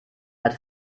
hat